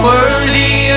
Worthy